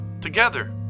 together